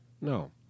No